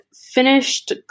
finished